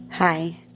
Hi